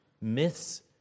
myths